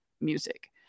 music